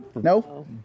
No